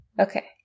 Okay